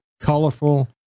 colorful